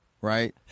right